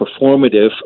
performative